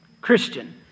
Christian